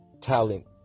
talent